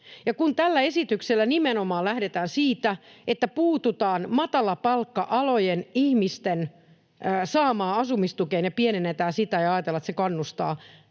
Kun tällä esityksellä nimenomaan lähdetään siitä, että puututaan matalapalkka-alojen ihmisten saamaan asumistukeen ja pienennetään sitä ja ajatellaan, että se kannustaa käymään